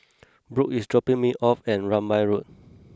Brook is dropping me off at Rambai Road